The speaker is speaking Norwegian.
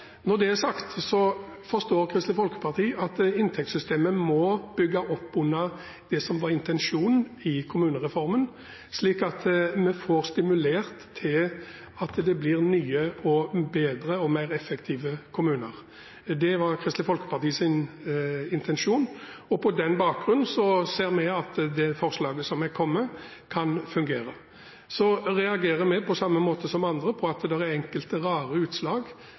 Når det er sagt, forstår Kristelig Folkeparti at inntektssystemet må bygge opp under det som var intensjonen i kommunereformen, slik at vi får stimulert til at det blir nye, bedre og mer effektive kommuner. Det var Kristelig Folkepartis intensjon. Med den bakgrunnen ser vi at det forslaget som har kommet, kan fungere. Så reagerer vi på samme måte som andre på at det er enkelte rare utslag.